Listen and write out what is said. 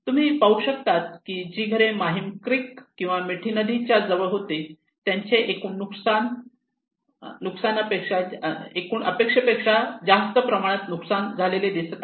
तुम्ही पाहू शकतात कि जी घरे माहीम क्रिक किंवा मिठी नदी च्या जवळ होती त्यांचे जास्त प्रमाणात नुकसान झालेले दिसत आहे